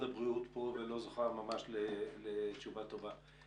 הבריאות פה ולא זוכה ממש לתשובה טובה.